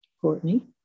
Courtney